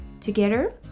Together